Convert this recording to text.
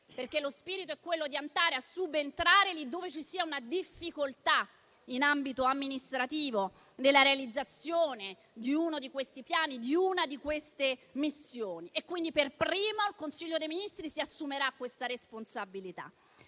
Perché lo spirito è quello di subentrare là dove c'è una difficoltà, in ambito amministrativo, nella realizzazione di uno di questi piani o di una di queste missioni. Quindi, il Consiglio dei ministri per primo si assumerà questa responsabilità,